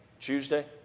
tuesday